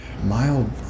Mild